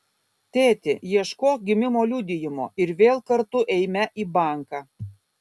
tėti ieškok gimimo liudijimo ir vėl kartu eime į banką